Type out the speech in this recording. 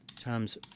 times